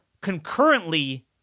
concurrently